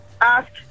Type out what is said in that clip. Ask